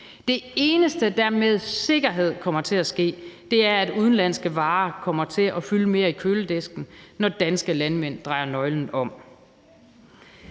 Det eneste, der med sikkerhed kommer til at ske, er, at udenlandske varer kommer til at fylde mere i køledisken, når danske landmænd drejer nøglen om.